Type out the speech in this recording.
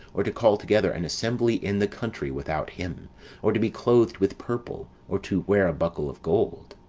or to call together an assembly in the country without him or to be clothed with purple, or to wear a buckle of gold.